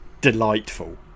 delightful